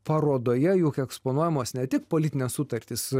parodoje juk eksponuojamos ne tik politinės sutartys